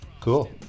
Cool